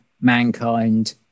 Mankind